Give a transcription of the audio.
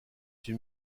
une